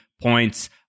points